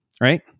right